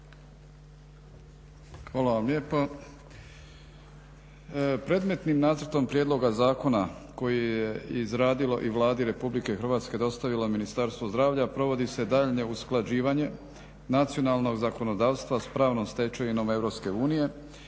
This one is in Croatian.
Hvala vam lijepo.